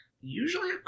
usually